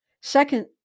Second